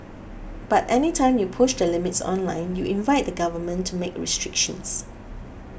but any time you push the limits online you invite the Government to make restrictions